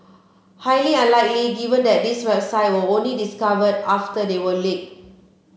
highly unlikely given that these website were only discovered after they were leaked